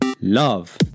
Love